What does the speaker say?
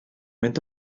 mynd